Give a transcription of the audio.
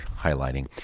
highlighting